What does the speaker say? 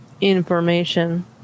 information